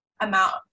amount